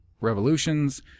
revolutions